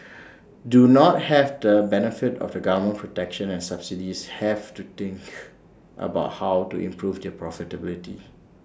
do not have the benefit of the government protection and subsidies have to think about how to improve their profitability